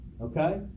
Okay